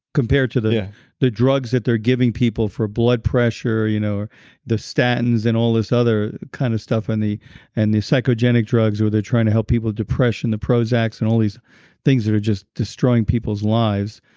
compared to the yeah the drugs that they're giving people for blood pressure, you know the statins and all this other kind of stuff, and the and the psychogenic drugs where they're trying to help people with depression, the prozacs and all these things that are just destroying people's lives.